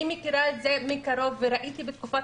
אני מכירה את זה מקרוב וראיתי שבתקופת